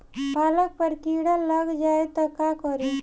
पालक पर कीड़ा लग जाए त का करी?